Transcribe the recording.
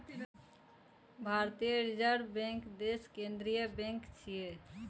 भारतीय reserve bank देशक केंद्रीय बैंक छियै